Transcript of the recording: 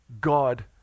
God